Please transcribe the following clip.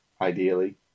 ideally